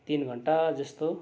तिन घन्टा जस्तो